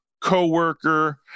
coworker